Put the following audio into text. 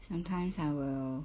sometimes I will